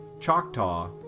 choctaw,